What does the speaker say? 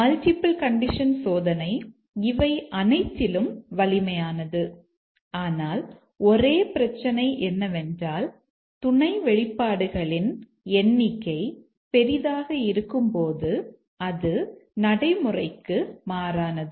multiple condition சோதனை இவை அனைத்திலும் வலிமையானது ஆனால் ஒரே பிரச்சனை என்னவென்றால் துணை வெளிப்பாடுகளின் எண்ணிக்கை பெரிதாக இருக்கும்போது அது நடைமுறைக்கு மாறானது